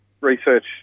research